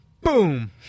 boom